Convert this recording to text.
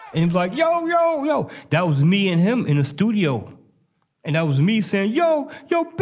and like, yo, yo, yo. that was me and him in a studio and that was me saying, yo, yo,